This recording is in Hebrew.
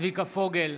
צביקה פוגל,